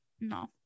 No